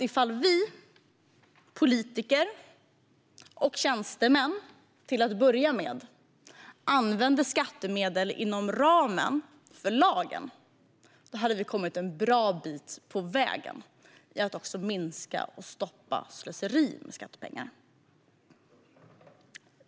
Ifall vi politiker och tjänstemän till att börja med använder skattemedel inom ramen för lagen kommer vi en bra bit på vägen när det gäller att minska och stoppa slöseri med skattepengar.